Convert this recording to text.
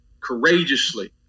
courageously